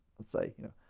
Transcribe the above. let's say, you know,